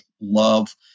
love